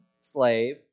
slave